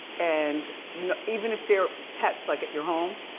and even if they're pets, like at your home,